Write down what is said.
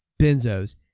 benzos